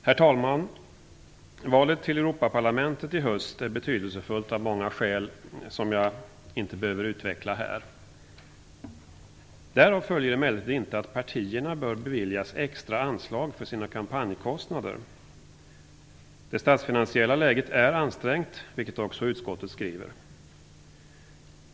Herr talman! Valet till Europaparlamentet i höst är betydelsefullt av många skäl som jag inte behöver utveckla här. Därav följer emellertid inte att partierna bör beviljas extra anslag för sina kampanjkostnader. Det statsfinansiella läget är ansträngt, vilket också utskottet skriver.